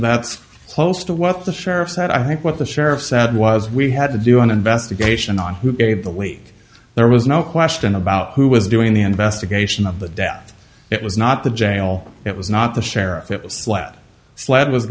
that's close to what the sheriff said i think what the sheriff said was we had to do an investigation on who gave the leak there was no question about who was doing the investigation of the death it was not the jail it was not the sheriff it was flat slab was